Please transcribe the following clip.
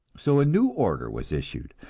so a new order was issued,